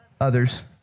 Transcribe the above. others